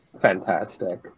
fantastic